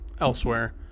elsewhere